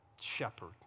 shepherd